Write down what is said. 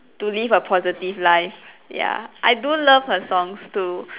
to live a positive life ya I do love her songs too